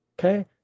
Okay